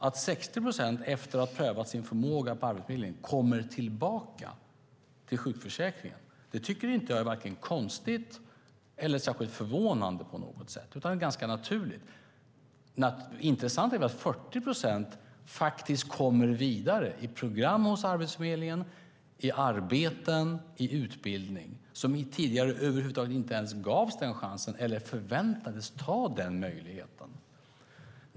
Att 60 procent av dem som lämnar sjukförsäkringen kommer tillbaka efter att ha fått sin förmåga prövad tycker jag inte är vare sig konstigt eller särskilt förvånande på något sätt, utan ganska naturligt. Det intressanta är väl att 40 procent kommer vidare i program hos Arbetsförmedlingen, i arbeten och i utbildning - personer som tidigare över huvud taget inte ens gavs den chansen eller förväntades ta den möjligheten.